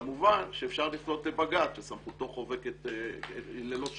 כמובן שאפשר לפנות לבג"צ וסמכותו היא ללא שיעור,